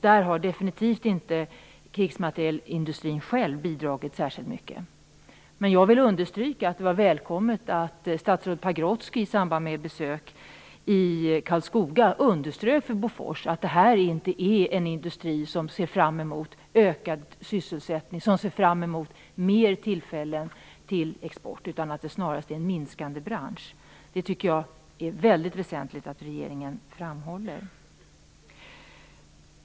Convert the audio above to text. Där har definitivt inte krigsmaterielindustrin själv bidragit särskilt mycket. Men jag vill understryka att det var välkommet att statsrådet Pagrotsky i samband med ett besök i Karlskoga underströk för Bofors att detta inte är en industri som ser fram emot ökad sysselsättning och mer tillfällen till export, utan att det snarast är en minskande bransch. Det tycker jag är väldigt väsentligt att regeringen framhåller.